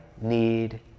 need